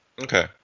Okay